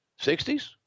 60s